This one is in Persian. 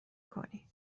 کنی